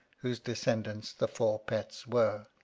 whose descendants the four pets were.